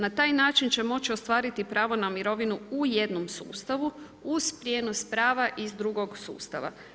Na taj način će moći ostvariti pravo na mirovinu u jednom sustavu uz prijenos prava iz drugog sustava.